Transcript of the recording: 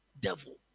devil